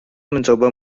mencoba